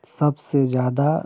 सबसे ज़्यादा